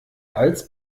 als